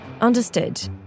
Understood